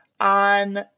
on